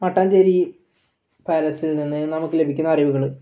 മട്ടാഞ്ചേരി പാലസിൽ നിന്ന് നമുക്ക് ലഭിക്കുന്ന അറിവുകൾ